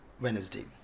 Wednesday